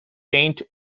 paint